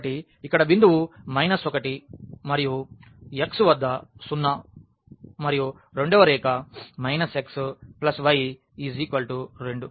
కాబట్టి ఇక్కడ బిందువు మైనస్ 1 మరియు x వద్ద 0 మరియు రెండవ రేఖ x y 2